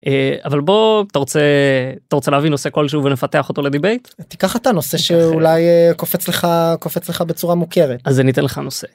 אבל בוא ת'רוצה ת'רוצה להביא נושא כלשהו ונפתח אותו לדיבייט? תיקח אתה נושא שאולי קופץ לך קופץ לך בצורה מוכרת. אז אני אתן לך נושא.